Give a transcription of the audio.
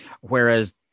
whereas